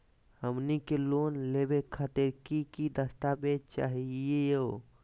हमनी के लोन लेवे खातीर की की दस्तावेज चाहीयो?